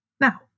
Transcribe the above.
Now